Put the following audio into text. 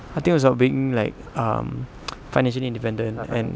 I think was about being like um financially independent and